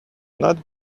not